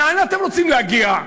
לאן אתם רוצים להגיע?